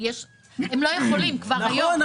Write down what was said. הם לא יכולים כבר היום,